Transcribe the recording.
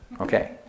okay